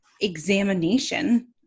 examination